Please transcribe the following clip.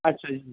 ਅੱਛਾ ਜੀ